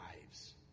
lives